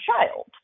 child